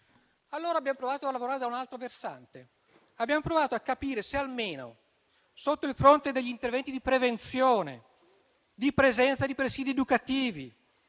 allora provato a lavorare su un altro versante e abbiamo provato a capire se almeno sotto il fronte degli interventi di prevenzione, di presenza di presidi educativi,